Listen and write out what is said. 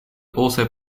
also